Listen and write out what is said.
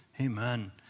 Amen